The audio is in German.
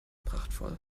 prachtvoll